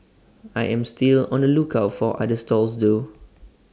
I am still on the lookout for other stalls though